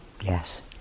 Yes